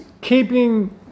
keeping